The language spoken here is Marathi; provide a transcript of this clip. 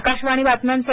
आकाशवाणी बातम्यांसाठी